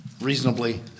reasonably